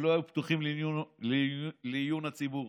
והם לא היו פתוחים לעיון הציבור,